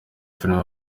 filime